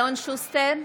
אלון שוסטר,